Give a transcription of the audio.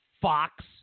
Fox